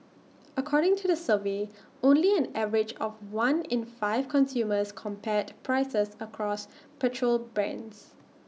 according to the survey only an average of one in five consumers compared prices across petrol brands